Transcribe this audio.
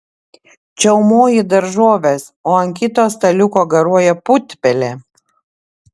čiaumoji daržoves o ant kito staliuko garuoja putpelė